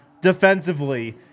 defensively